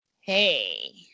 Hey